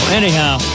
anyhow